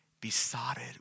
besotted